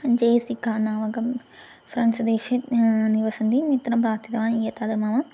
जेसिकानामकं फ़्रान्स्देशे निवसन्ति मित्रं प्रार्थितवान् एतत् मम